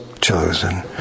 chosen